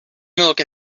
milk